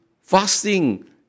fasting